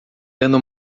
dando